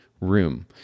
room